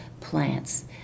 plants